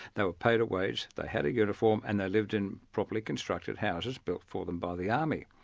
they were paid a wage, they had a uniform and they lived in properly constructed houses built for them by the army.